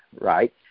right